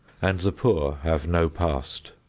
and the poor have no past.